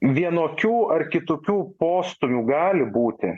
vienokių ar kitokių postūmių gali būti